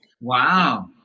Wow